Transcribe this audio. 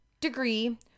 degree